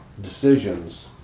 decisions